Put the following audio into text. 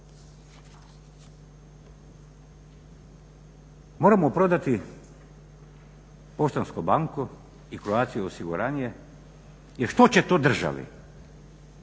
Moramo prodati Poštansku banku i Croatia osiguranje jer što će to državi?